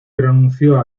pronunció